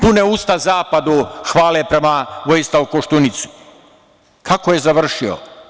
Pune usta Zapadu hvale prema Vojislavu Koštunici, kako je završio?